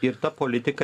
ir ta politika